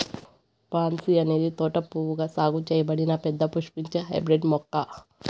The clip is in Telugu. పాన్సీ అనేది తోట పువ్వుగా సాగు చేయబడిన పెద్ద పుష్పించే హైబ్రిడ్ మొక్క